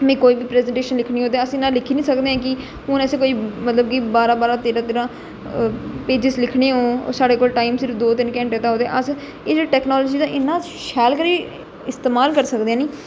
में कोई बी प्रैजन्टेशन लिखनी होऐ ते अस इयां लिखी नेईं सकदे कि हून अस कोई बांरा बांरा तेरां तेरां पेजस लिक्खने होन ओह् साढ़े कोल टाइम सिर्फ दो तिन घंटे दा अस एह् जेहड़ा टेक्नोलाॅजी दा इन्ना शैल करियै इस्तेमाल करी सकदे हैनी